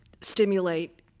stimulate